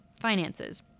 finances